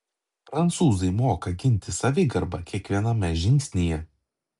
prancūzai moka ginti savigarbą kiekviename žingsnyje